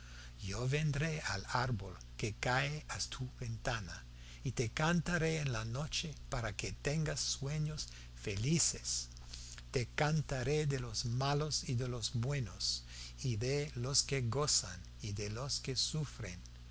yo vendré al árbol que cae a tu ventana y te cantaré en la noche para que tengas sueños felices te cantaré de los malos y de los buenos y de los que gozan y de los que sufren